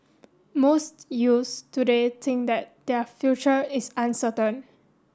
most youths today think that their future is uncertain